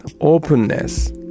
openness